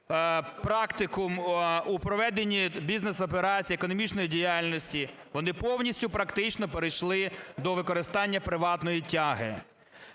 практику у проведенні бізнес-операцій, економічної діяльності, вони повністю практично перейшли до використання приватної тяги.